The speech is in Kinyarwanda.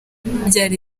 byari